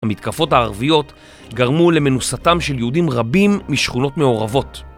המתקפות הערביות גרמו למנוסתם של יהודים רבים משכונות מעורבות.